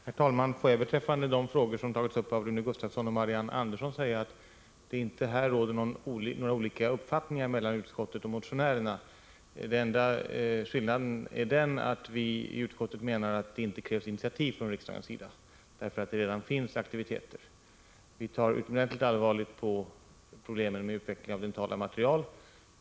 Herr talman! Får jag beträffande de frågor som tagits upp av Rune Gustavsson och Marianne Andersson säga att det inte här råder olika uppfattningar mellan utskottet och motionärerna. Enda skillnaden är den att vi i utskottet menar att det inte krävs initiativ från riksdagens sida därför att det redan finns aktiviteter. Vi tar utomordentligt allvarligt på problemen med utveckling av dentala material.